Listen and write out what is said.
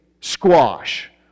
squash